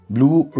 Blue